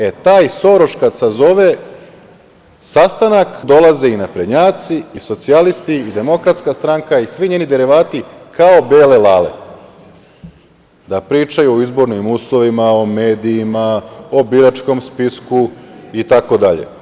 E taj Soroš kad sazove sastanak, tu dolaze i naprednjaci i socijalisti i DS i svi njeni derivati kao bele lale da pričaju o izbornim uslovima, medijima, o biračkom spisku itd.